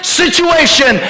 situation